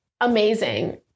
amazing